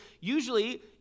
usually